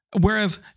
Whereas